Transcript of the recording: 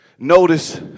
Notice